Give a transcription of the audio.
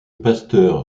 pasteur